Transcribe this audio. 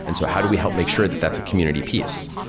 and so, how do we help make sure that that's a community piece?